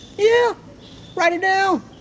yeah write it down,